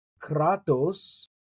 kratos